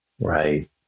Right